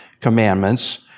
commandments